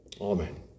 Amen